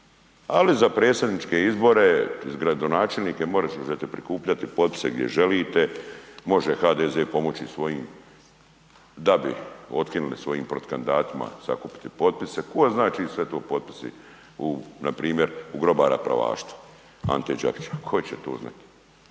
Ali za predsjedničke izbore … gradonačelnike možete prikupljati potpise gdje želite, može HDZ pomoći svojim da bi otkinuli svojim protukandidatima sakupiti potpise. Ko zna čiji su sve to potpisi npr. u grobara … Ante Đakić, tko će to znati,